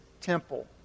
temple